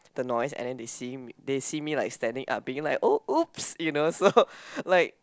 the noise and then they see me they see me like standing up being like oh !oops! you know so like